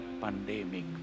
pandemic